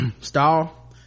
stall